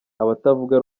abatavuga